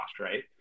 right